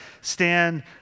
stand